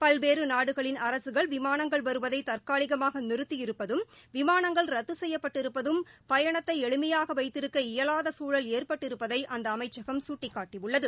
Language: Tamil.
பல்வேற நாடுகளின் அரசுகள் விமானங்கள் வருவதை தற்காலிகமாக நிறத்தி இருப்பதும் விமானங்கள் ரத்து செய்யப்பட்டிருப்பதும் பயணத்தை எளிமையாக வைத்திருக்க இயலாத சுழல் ஏற்பட்டிருப்பதை அந்த அமைச்சகம் சுட்டிக்காட்டியுள்ளது